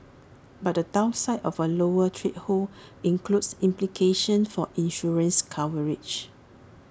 but the downside of A lower threshold includes implications for insurance coverage